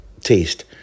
taste